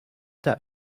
that